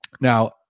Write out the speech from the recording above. Now